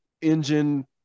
engine